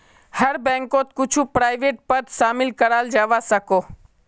हर बैंकोत कुछु प्राइवेट पद शामिल कराल जवा सकोह